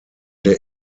der